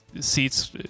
seats